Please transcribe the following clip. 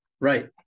Right